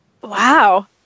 Wow